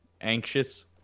anxious